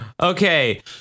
Okay